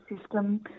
system